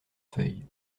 feuilles